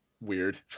weird